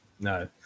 No